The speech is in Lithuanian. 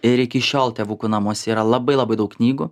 ir iki šiol tėvukų namuose yra labai labai daug knygų